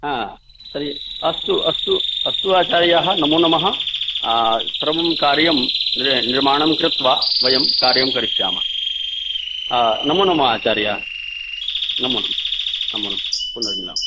अ तर्हि अस्तु अस्तु अस्तु आचार्याः नमो नमः सर्वं कार्यं नि निर्माणं कृत्वा वयं कार्यं करिष्यामः नमो नमः आचार्य नमो नमः नमो नमः पुर्नमिलामः